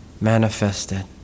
manifested